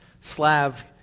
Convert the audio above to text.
Slav